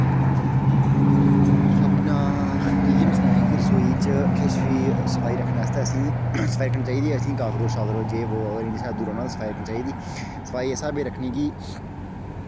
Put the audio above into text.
अपना इयै में सनाया की रसोई च किश बी सफाई रक्खनै आस्तै असेंगी सफाई करनी चाहिदी कॉक्रोच बगैरा यह वो एह् निं ऐ की दूरा सफाई करनी सफाई इस स्हाबै दी करनी चाहिदी की